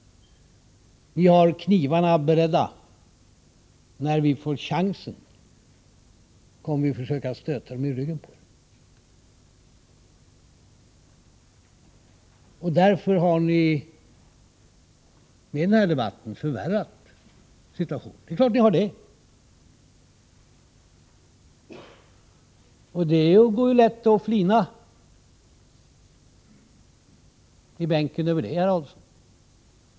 Vi har knivarna beredda. När vi får chansen kommer vi att försöka stöta dem i ryggen på er. Därför har ni med den här debatten förvärrat situationen — det är klart att ni har det. Det går lätt att flina i bänken över det, herr Adelsohn.